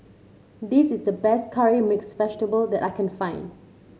this is the best Curry Mixed Vegetable that I can find